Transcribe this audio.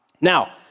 Now